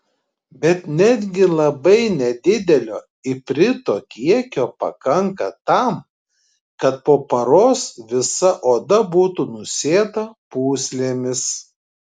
bet netgi labai nedidelio iprito kiekio pakanka tam kad po paros visa oda būtų nusėta pūslėmis